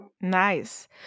Nice